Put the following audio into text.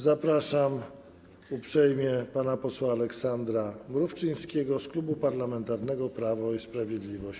Zapraszam uprzejmie pana posła Aleksandra Mrówczyńskiego z Klubu Parlamentarnego Prawo i Sprawiedliwość.